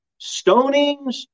stonings